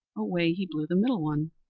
away he blew the middle one.